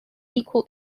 equal